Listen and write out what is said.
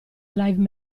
live